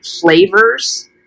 flavors